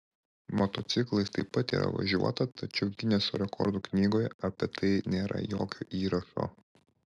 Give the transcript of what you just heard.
motociklais taip pat yra važiuota tačiau gineso rekordų knygoje apie tai nėra jokio įrašo